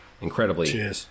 incredibly